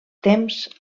temps